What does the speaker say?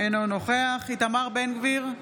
אינו נוכח איתמר בן גביר,